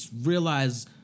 realize